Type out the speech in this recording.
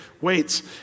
weights